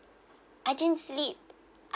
I didn't sleep I